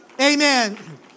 Amen